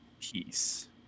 peace